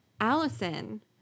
Allison